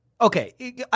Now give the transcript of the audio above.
Okay